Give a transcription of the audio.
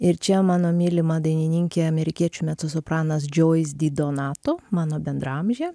ir čia mano mylima dainininkė amerikiečių mecosopranas joyce didonato mano bendraamžė